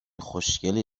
خوشگلی